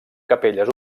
capelles